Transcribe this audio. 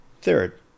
Third